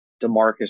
Demarcus